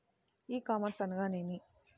ఈ కామర్స్ అనగానేమి?